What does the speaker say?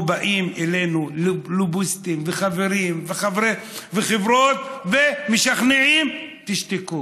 או שבאים אלינו לוביסטים וחברים וחברות ומשכנעים: תשתקו.